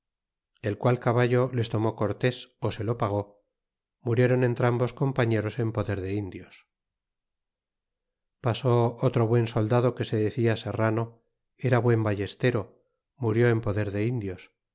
el qual caballo les tomó cortés ó se lo pagó murieron entrambos compañeros en poder de indios pasó otro buen soldado que se decia serrano era buen ballestero murió en poder de indios